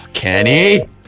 Kenny